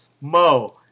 Mo